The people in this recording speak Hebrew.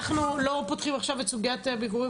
אנחנו לא פותחים עכשיו את סוגיית ביקורי